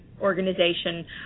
organization